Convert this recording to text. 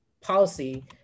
policy